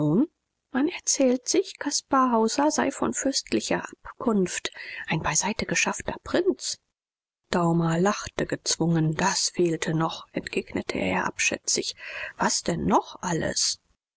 man erzählt sich caspar hauser sei von fürstlicher abkunft ein beiseitegeschaffter prinz daumer lachte gezwungen das fehlte noch entgegnete er abschätzig was denn noch alles